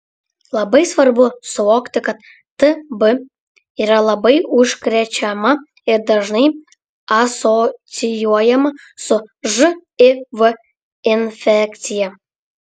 labai svarbu suvokti kad tb yra labai užkrečiama ir dažnai asocijuojama su živ infekcija